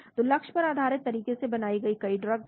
तो लक्ष्य पर आधारित तरीके से बनाई गई कई ड्रग्स हैं